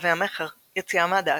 ברבי המכר "יציאה מהדעת"